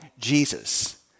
Jesus